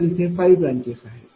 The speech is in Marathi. तर इथे 5 ब्रांचेस आहेत